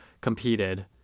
competed